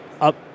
up